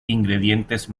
ingredientes